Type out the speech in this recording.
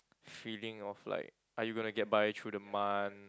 feeling of like are you gonna get by through the month